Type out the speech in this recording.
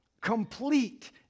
complete